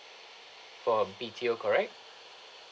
for a B_T_O correct